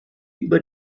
über